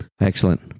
Excellent